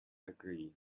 agree